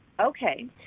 Okay